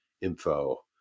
info